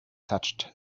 touched